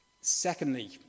Secondly